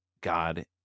God